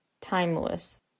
Timeless